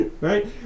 right